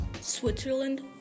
Switzerland